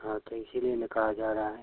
हाँ तो इसीलिए ना कहा जा रहा है